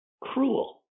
cruel